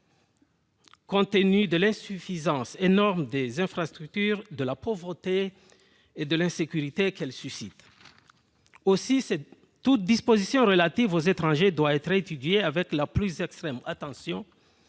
compte tenu de l'insuffisance énorme des infrastructures, de la pauvreté et de l'insécurité qui règne. Aussi, toute disposition relative aux étrangers doit être étudiée avec la plus extrême attention,